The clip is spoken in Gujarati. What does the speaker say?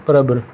બરાબર